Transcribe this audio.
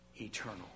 Eternal